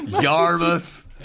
Yarmouth